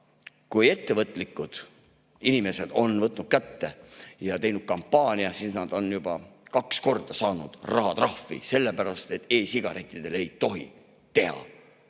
kui ettevõtlikud inimesed on võtnud kätte ja teinud kampaania, siis nad on juba kaks korda saanud rahatrahvi, sellepärast et e‑sigarettidele ei tohi teha